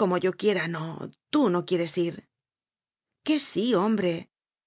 como yo quiera no tú no quieres ir que sí hombre